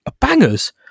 bangers